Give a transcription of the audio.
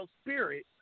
spirit